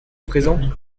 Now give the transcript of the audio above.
présent